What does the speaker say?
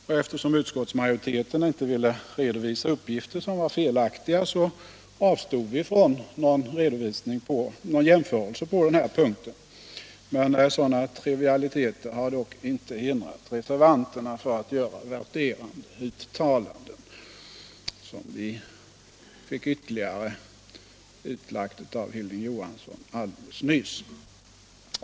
Och eftersom utskottsmajoriteten inte ville redovisa uppgifter som var felaktiga så avstod vi från någon jämförelse på den här punkten. Sådana trivialiteter har dock inte hindrat reservanterna från att göra värderande uttalanden, som vi fick ytterligare utlagda av Hilding Johansson alldeles nyss.